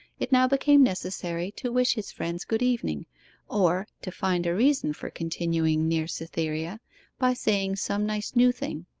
it now became necessary to wish his friends good-evening, or to find a reason for continuing near cytherea by saying some nice new thing.